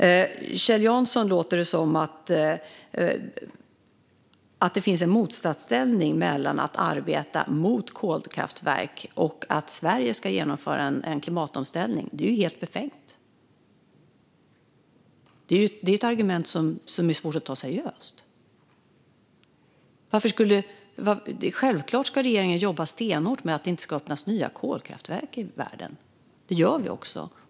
På Kjell Jansson låter det som att det finns en motsatsställning mellan att arbeta mot kolkraftverk och att Sverige ska genomföra en klimatomställning. Det är helt befängt. Det är ett argument som är svårt att ta seriöst. Självklart ska regeringen jobba stenhårt för att det inte ska öppnas nya kolkraftverk i världen. Det gör vi också.